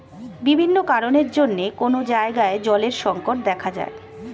বিভিন্ন কারণের জন্যে কোন জায়গায় জলের সংকট দেখা যায়